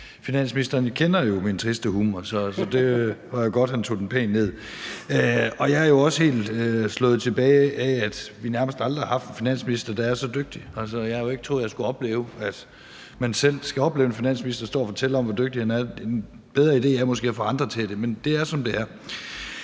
finansministeren jo kender min triste humor. Så det var jo godt, at han tog den pænt ned. Jeg er jo også helt slået tilbage af, at vi nærmest aldrig har haft en finansminister, der er så dygtig. Altså, jeg havde jo ikke troet, at jeg skulle opleve en finansminister selv stå og fortælle om, hvor dygtig han er. Det er måske en bedre idé at få andre til det. Men det er, som det er.